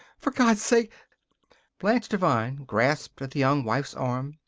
for god's sake blanche devine grasped the young wife's arm,